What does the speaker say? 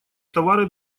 товары